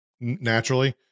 Naturally